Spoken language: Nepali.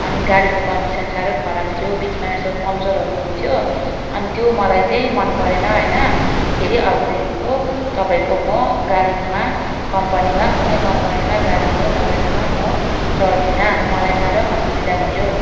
अनि गाडीको कन्डिसन साह्रै खराब थियो बिचमा यसो पम्चरहरू हुन्थ्यो अनि त्यो मलाई चाहिँ मनपरेन होइन फेरि अबदेखिको तपाईँको म गाडीकोमा कम्पनीमा कुनै कम्पनीमा गाडीको तपाईँकोमा म चढ्दिनँ मलाई साह्रो असुविधा भयो